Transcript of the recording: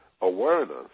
awareness